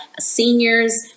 seniors